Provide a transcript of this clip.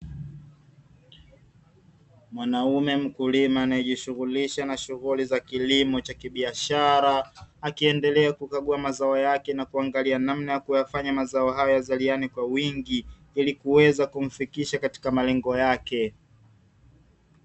Mwanaume mkulima anaye jishughulisha na shughuli za kilimo cha kibiashara, akiendelea kuyakagua mazao yake na kuangalia namna ya kuyafanya mazao hayo yazaliane kwa wingi ili kuweza kumfikisha katika malengo yake.